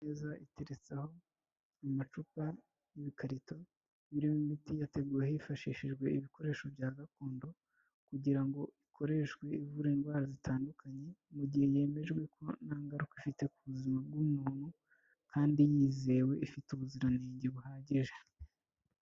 Imeza iteretseho amacupa n'ibikarito birimo imiti yateguwe hifashishijwe ibikoresho bya gakondo, kugira ngo ikoreshwe ivura indwara zitandukanye, mu gihe yemejwe ko nta ngaruka ifite ku buzima bw'umuntu, kandi yizewe ifite ubuziranenge buhagije.